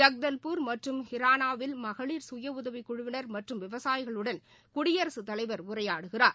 ஜக்தல்பூர் மற்றம் ஹிரானாவில் மகளிர் சுயஉதவிக் குழுவினர் மற்றும் விவசாயிகளுடன் குடியரசு தலைவர் உரையாடுகிறார்